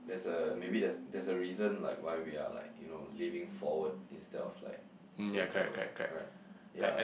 there's a maybe there's there's a reason like why we are like you know living forward instead of like going backwards correct yeah